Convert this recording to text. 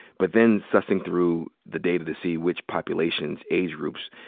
but then sussing through the data to see which populations, age groups,